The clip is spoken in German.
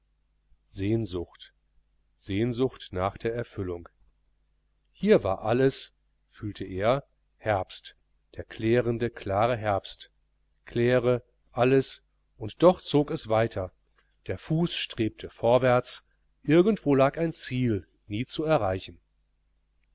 sehnsucht sehnsucht nach der erfüllung hier war alles fühlte er herbst der klärende klare herbst claire alles und doch zog es weiter der fuß strebte vorwärts irgendwo lag ein ziel nie zu erreichen